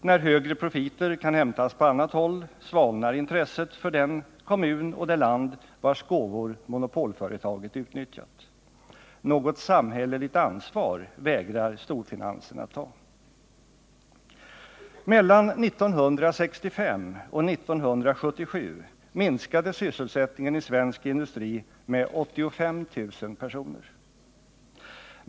När högre profiter kan hämtas på annat håll svalnar intresset för den kommun och det land vars gåvor monopolföretaget utnyttjat. Något samhälleligt ansvar vägrar storfinansen att ta. Mellan 1965 och 1977 minskade sysselsättningen i svensk industri med 85 000 personer.